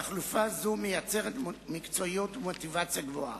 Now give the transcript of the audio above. תחלופה זו מייצרת מקצועיות ומוטיבציה גבוהה.